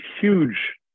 huge